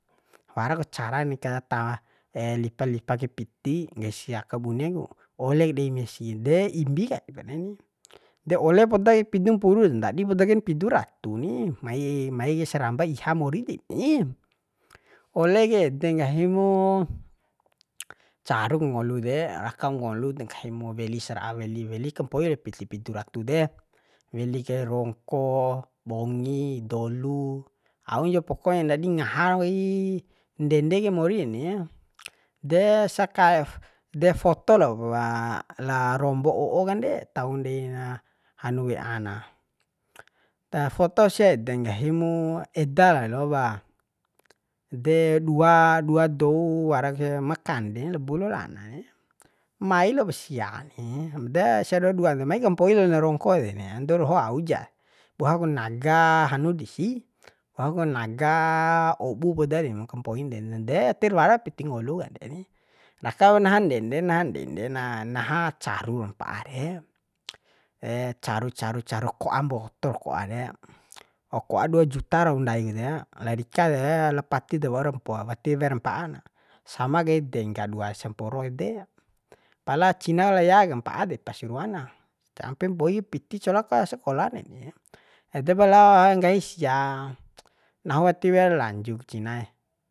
Waraku carani ka ta lipa lipa kai piti nggahi sia kabune ku olek dei mesin de imbi kaik neni de ole poda kai pidum mpuru ndadi poda kain pidu ratu ni mai mai kai saramba iha mori deni ole kai ede nggahi mu caruk ngolu de rakam ngolu de nggahi mu weli sara'a weli weli kampoir piti pidu retu de weli kai rongko bongi dolu au cau pokon ndadi ngaha ro kai ndende kai mori eni de saka de foto lao wa la rombo o'o kande taun dei hanu kai ana foto sia ede nggahi mu eda lalopa de dua dua dou warakhe ma kande la bu lao la ana mai lop sia ni de sedoho dua de mai kampoi lon rongko deni ando doho auja boha ku naga hanu desi boha ku naga obu poda nggahim ka mpoim ndede tirwara piti ngolu kande ni rakam naha ndende naha ndende na naha caruk mpa'a re caru caru caru ko'a mbotor ko'a re wo ko'a dua juta rau ndai ede la rika de la pati de waur mpo wati wear mpa'a na sama kai dengga dua samporo ede pala cina la ya mpa'a depas ruana ampe mpoi kai piti cola ka sakolan deni edep la nggahi sia nahu wati wear lanjuk cianee